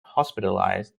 hospitalized